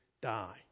die